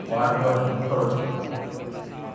వాడుకోవల్సిందిగా కోరుతున్నాం